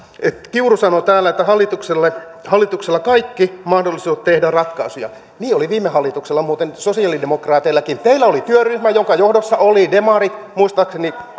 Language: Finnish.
kiuru sanoi täällä että hallituksella on kaikki mahdollisuudet tehdä ratkaisuja niin oli muuten viime hallituksellakin sosialidemokraateillakin teillä oli työryhmä jonka johdossa oli demari muistaakseni